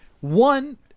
One